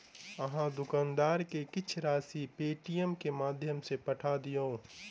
अहाँ दुकानदार के किछ राशि पेटीएमम के माध्यम सॅ पठा दियौ